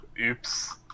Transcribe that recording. oops